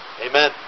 Amen